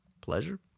pleasure